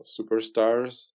superstars